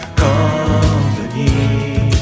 company